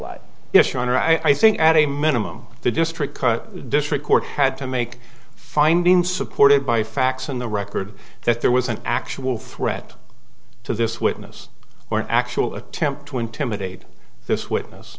honor i think at a minimum the district district court had to make findings supported by facts in the record that there was an actual threat to this witness or an actual attempt to intimidate this witness